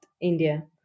India